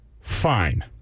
fine